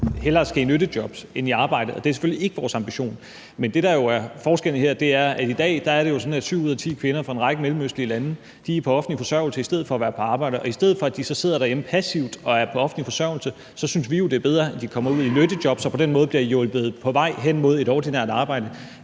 hellere skal i nyttejobs end i arbejde, og det er selvfølgelig ikke vores ambition. Men det, der jo er forskellen her, handler om, at det i dag er sådan, at syv ud af ti kvinder fra en række mellemøstlige lande er på offentlig forsørgelse i stedet for at være i arbejde, og i stedet for at de så sidder derhjemme passivt og er på offentlig forsørgelse, synes vi, det er bedre, at de kommer ud i nyttejobs og på den måde bliver hjulpet på vej hen mod at få et ordinært arbejde.